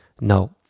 No